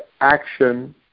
action